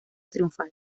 triunfal